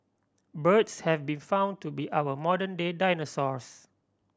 birds have been found to be our modern day dinosaurs